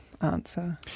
answer